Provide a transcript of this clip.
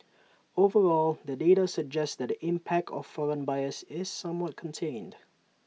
overall the data suggests that the impact of foreign buyers is somewhat contained